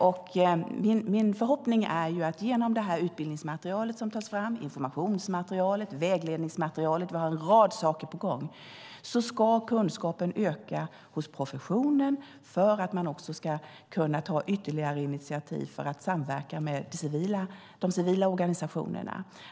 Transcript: Min förhoppning är ju att genom det utbildningsmaterial som tas fram, informationsmaterialet, vägledningsmaterialet - vi har en rad saker på gång - ska kunskapen öka hos professionen så att man också ska kunna ta ytterligare initiativ för att samverka med de civila organisationerna.